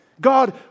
God